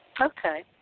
okay